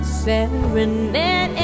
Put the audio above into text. serenade